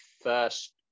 first